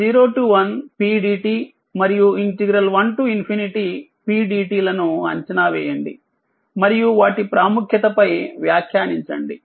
01Pdt మరియు1Pdt లను అంచనావేయండిమరియువాటిప్రాముఖ్యత పై వ్యాఖ్యానించండి